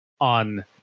on